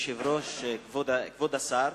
אדוני היושב-ראש, כבוד השר,